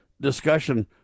discussion